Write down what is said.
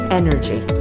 energy